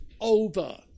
over